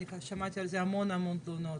שמעתי על זה המון המון תלונות.